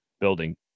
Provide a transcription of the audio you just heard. building